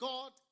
God